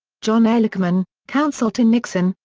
john ehrlichman, counsel to nixon,